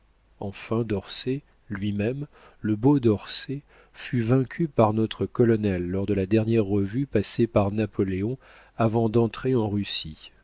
enfin d'orsay lui-même le beau d'orsay fut vaincu par notre colonel lors de la dernière revue passée par napoléon avant d'entrer en russie